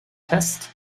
test